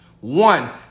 One